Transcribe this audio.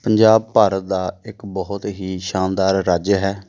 ਪੰਜਾਬ ਭਾਰਤ ਦਾ ਇੱਕ ਬਹੁਤ ਹੀ ਸ਼ਾਨਦਾਰ ਰਾਜ ਹੈ